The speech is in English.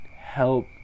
help